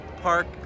park